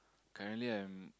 currently I'm